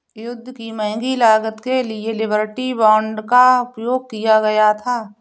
युद्ध की महंगी लागत के लिए लिबर्टी बांड का उपयोग किया गया था